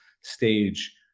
stage